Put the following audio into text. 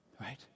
Right